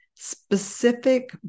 specific